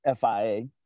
FIA